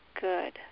Good